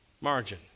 margin